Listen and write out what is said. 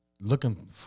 Looking